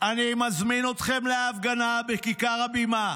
אני מזמין אתכם להפגנה בכיכר הבימה,